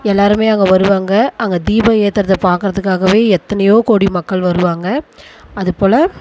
எல்லோருமே அங்கே வருவாங்க அங்க தீபம் ஏற்றுறத பார்க்குறதுக்காகவே எத்தனையோ கோடி மக்கள் வருவாங்க அது போல்